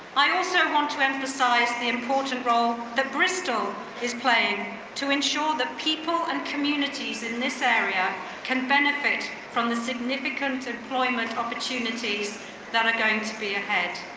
i also want to emphasize the important role that bristol is playing to ensure that people and communities in this area can benefit from the significant employment opportunities that are going to be ahead.